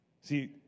See